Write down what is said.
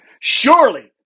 Surely